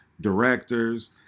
directors